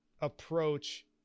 approach